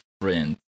friend